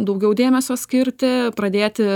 daugiau dėmesio skirti pradėti